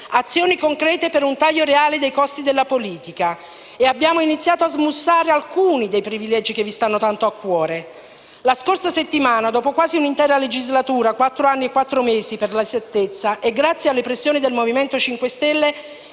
azioni concrete per un taglio reale dei costi della politica. E abbiamo iniziato a smussare alcuni dei privilegi che vi stanno tanto a cuore. La scorsa settimana, dopo quasi un'intera legislatura - quattro anni e quattro mesi, per l'esattezza - e grazie alle pressioni del Movimento 5 Stelle,